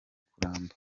kuramba